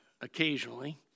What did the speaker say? occasionally